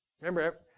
Remember